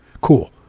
Cool